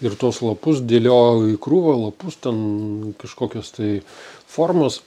ir tuos lapus dėliojau į krūvą lapus ten kažkokios tai formos